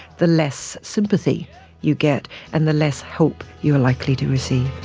the less sympathy you get and the less help you are likely to receive.